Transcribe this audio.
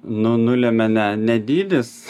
nu nulemia ne ne dydis